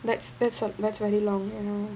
that's that's uh that's very long ya